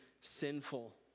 sinful